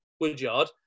Woodyard